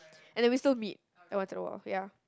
and then we still meet like once in a while ya